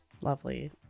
lovely